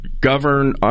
govern